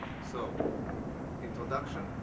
so introduction,